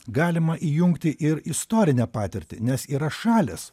galima įjungti ir istorinę patirtį nes yra šalys